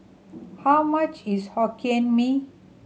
how much is Hokkien Mee